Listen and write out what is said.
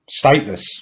stateless